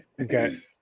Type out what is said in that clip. Okay